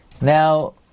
Now